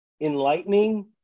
enlightening